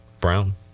brown